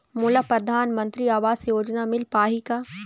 मोला परधानमंतरी आवास योजना मिल पाही का?